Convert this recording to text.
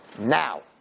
now